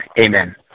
Amen